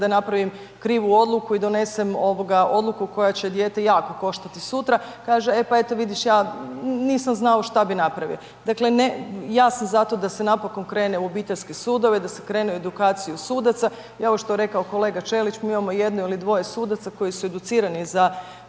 kada napravim krivu odluku i donesem odluku koja će dijete jako koštati sutra, kaže pa eto vidiš ja nisam znao što bi napravio. Dakle, ne, ja sam zato da se napokon krene u obiteljske sudove, da se krene u edukaciju sudaca i ovo što je rekao kolega Ćelić, mi imamo jedno ili dvoje sudaca koji su educirani za